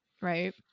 right